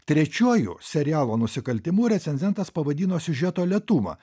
trečiuoju serialo nusikaltimu recenzentas pavadino siužeto lėtumą